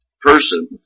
person